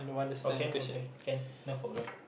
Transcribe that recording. okay okay ya no problem